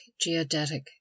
geodetic